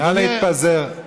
נא להתפזר.